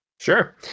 Sure